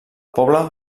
poble